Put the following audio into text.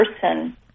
person